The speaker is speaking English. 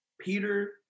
Peter